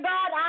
God